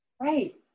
Right